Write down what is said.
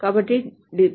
కాబట్టి depositor